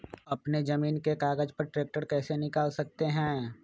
अपने जमीन के कागज पर ट्रैक्टर कैसे निकाल सकते है?